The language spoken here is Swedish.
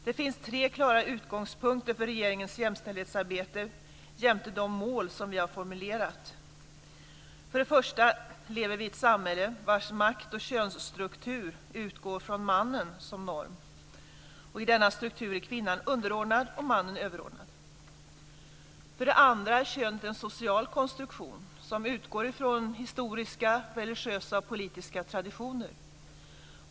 Det finns tre klara utgångspunkter för regeringens jämställdhetsarbete, jämte de mål som vi har formulerat. För det första lever vi i ett samhälle vars maktoch könsstruktur utgår från mannen som norm. I denna struktur är kvinnan underordnad och mannen överordnad. För det andra är könet en social konstruktion som utgår från historiska, religiösa och politiska traditioner.